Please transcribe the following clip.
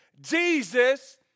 Jesus